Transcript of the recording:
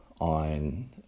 on